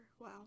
Wow